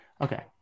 Okay